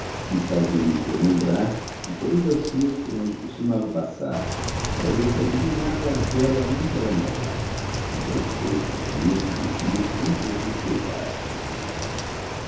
e fazia-me por lembrar de todas as ruas por onde costumava passar para ver se adivinhava aquela onde ela morava e donde todos os dias me via sem que eu suspeitasse